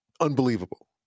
Unbelievable